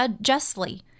justly